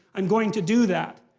i'm going to do that.